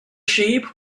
sheep